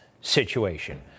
situation